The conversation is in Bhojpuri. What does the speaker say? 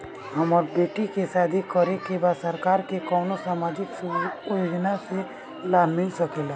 हमर बेटी के शादी करे के बा सरकार के कवन सामाजिक योजना से लाभ मिल सके ला?